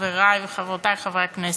חברי וחברותי חברי הכנסת,